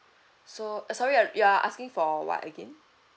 so uh sorry ah you are asking for what again